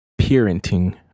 parenting